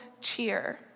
cheer